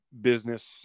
business